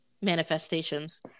manifestations